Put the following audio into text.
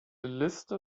liste